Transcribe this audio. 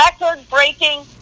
record-breaking